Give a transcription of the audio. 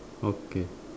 okay